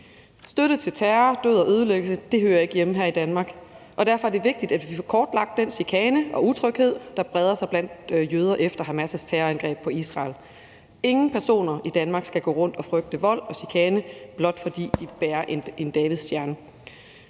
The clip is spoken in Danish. Støtte til terror, død og ødelæggelse hører ikke hjemme her i Danmark. Derfor er det vigtigt, at vi får kortlagt den chikane og utryghed, der breder sig blandt jøder efter Hamas' terrorangreb på Israel. Ingen personer i Danmark skal gå rundt og frygte vold og chikane, blot fordi de bærer en davidsstjerne.